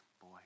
boy